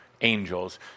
angels